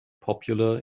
popular